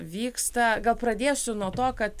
vyksta gal pradėsiu nuo to kad